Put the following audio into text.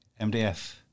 MDF